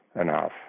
enough